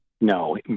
No